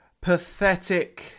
pathetic